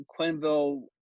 Quenville